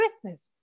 Christmas